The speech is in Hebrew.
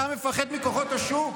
אתה מפחד מכוחות השוק?